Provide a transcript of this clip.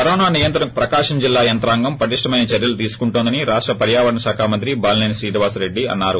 corona నియంత్రణకు ప్రకాశం జిల్లా యంత్రాంగం పటిష్ణమైన చర్యలు తీసుకుందని రాష్ట పర్యావరణ శాఖ మంత్రి బాలిసేని శ్రీనివాసరెడ్డి అన్నారు